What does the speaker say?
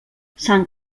sant